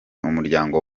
umuryango